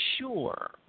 sure